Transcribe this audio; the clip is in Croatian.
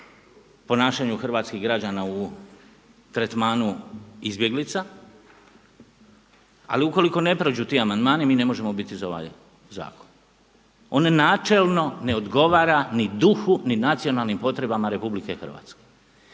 ponašanju hrvatskih građana u tretmanu izbjeglica. Ali ukoliko ne prođu ti amandmani mi ne možemo biti za ovaj zakon. On načelno ne odgovara ni duhu ni nacionalnim potrebama RH. Zakon